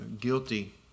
guilty